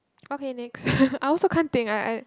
okay next I also can't think I I